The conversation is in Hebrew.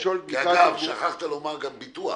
אגב, שכחת לומר גם ביטוח.